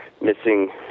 missing